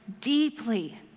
deeply